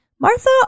Martha